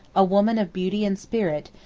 a woman of beauty and spirit,